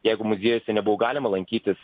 jeigu muziejuose nebuvo galima lankytis